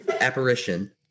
apparition